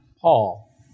Paul